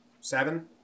Seven